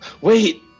Wait